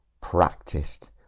practiced